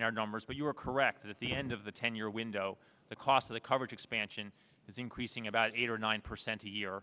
in our numbers but you are correct at the end of the ten year window the cost of the coverage expansion is increasing about eight or nine percent a year